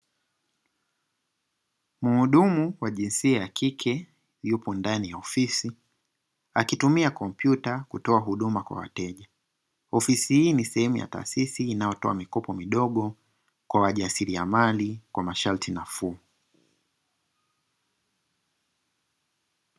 Muhudumu wa jinsia ya kike yupo ndani ya ofisi akitumia kompyuta kutoa huduma kwa wateja ofisi, hii ni sehemu ya taasisi inayotoa mikopo midogo kwa wajasiliamali kwa masharti nafuu.